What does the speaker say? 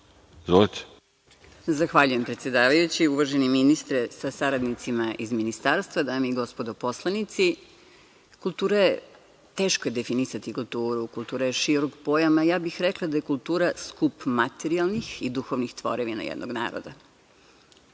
Zahvaljujem, predsedavajući. Uvaženi ministre sa saradnicima iz Ministarstva, dame i gospodo narodni poslanici, kultura je teška definicija, kultura je širok pojam, a ja bih rekla da je kultura skup materijalnih i duhovnih tvorevina jednog naroda. Kultura